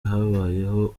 habayeho